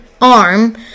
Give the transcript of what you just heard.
arm